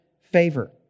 favor